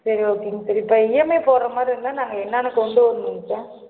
சரி ஓகேங்க சார் இப்போ இஎம்ஐ போடுற மாதிரி இருந்தால் நாங்கள் என்னான்ன கொண்டு வரணுங்க சார்